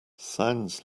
sounds